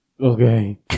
Okay